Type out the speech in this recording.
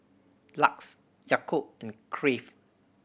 LUX Yakult and Crave